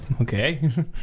okay